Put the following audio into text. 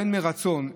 בין מרצון,